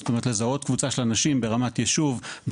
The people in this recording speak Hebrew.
זאת אומרת לזהות קבוצה של אנשים ברמת יישוב,